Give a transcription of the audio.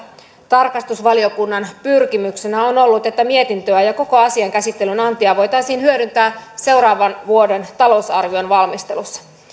tarkastusvaliokunnan pyrkimyksenä on ollut että mietintöä ja ja koko asian käsittelyn antia voitaisiin hyödyntää seuraavan vuoden talousarvion valmistelussa